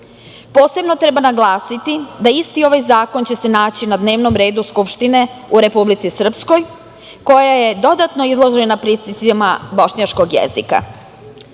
glas. Posebno treba naglasiti da će se isti ovaj zakon naći na dnevnom redu Skupštine u Republici Srpskoj, koja je dodatno izložena pritiscima bošnjačkog jezika. Posebnu